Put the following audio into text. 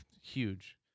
huge